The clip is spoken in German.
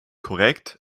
korrekt